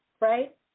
right